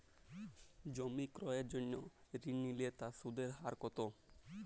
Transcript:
জমি ক্রয়ের জন্য ঋণ নিলে তার সুদের হার কতো?